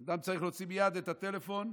ואז צריך להוציא מייד את הטלפון,